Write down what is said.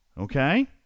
Okay